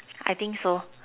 I think so